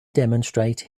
demonstrate